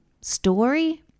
story